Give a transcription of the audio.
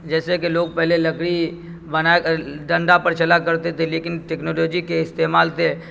جیسے کہ لوگ پہلے لکڑی بنا کر ڈنڈا پر چلا کرتے تھے لیکن ٹیکنولوجی کے استعمال سے